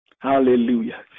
Hallelujah